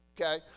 okay